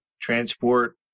transport